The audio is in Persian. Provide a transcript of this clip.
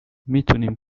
میتونیم